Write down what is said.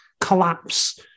collapse